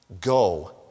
Go